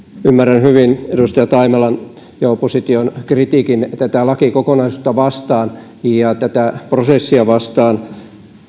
ymmärrän hyvin edustaja taimelan ja opposition kritiikin tätä lakikokonaisuutta vastaan ja tätä prosessia vastaan